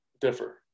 differ